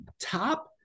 top